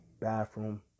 bathroom